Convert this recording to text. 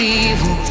evil